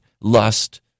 lust